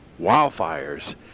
wildfires